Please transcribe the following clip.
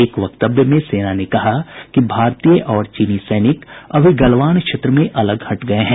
एक वक्तव्य में सेना ने कहा कि भारतीय और चीनी सैनिक अभी गलवान क्षेत्र में अलग हट गए हैं